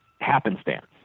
happenstance